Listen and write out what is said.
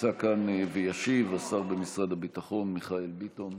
נמצא כאן וישיב השר במשרד הביטחון מיכאל ביטון,